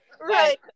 Right